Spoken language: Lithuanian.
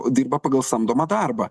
dirba pagal samdomą darbą